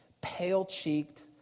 pale-cheeked